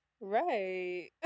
Right